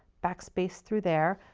backspace through there.